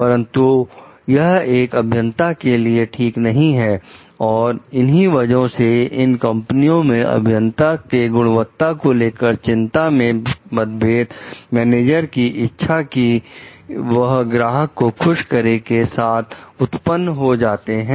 परंतु यह एक अभियंता के लिए ठीक नहीं है और इन्हीं वजहों से इन कंपनियों में अभियंता के गुणवत्ता को लेकर चिंता से मतभेद मैनेजर की इच्छा कि वह ग्राहक को खुश करें के साथ उत्पन्न हो जाते हैं